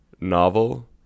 novel